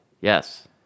Yes